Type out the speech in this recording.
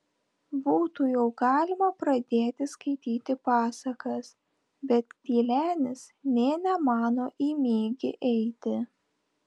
būtų jau galima pradėti skaityti pasakas bet tylenis nė nemano į migį eiti